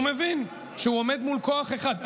הוא מבין שהוא עומד מול כוח אחד.